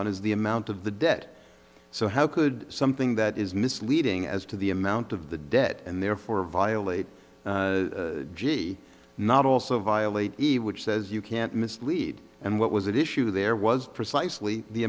on is the amount of the debt so how could something that is misleading as to the amount of the debt and therefore violate g not also violate the which says you can't mislead and what was that issue there was precisely the